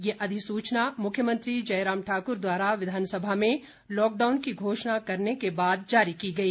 यह अधिसूचना मुख्यमंत्री जयराम ठाकुर द्वारा विधानसभा में लॉकडाउन की घोषणा करने के बाद जारी की गई